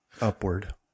upward